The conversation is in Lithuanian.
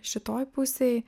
šitoj pusėj